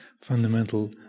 fundamental